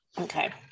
Okay